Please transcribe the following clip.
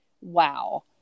wow